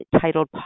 titled